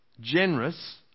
generous